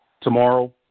Tomorrow